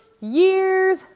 years